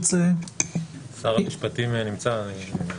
שר המשפטים נמצא.